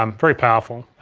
um very powerful.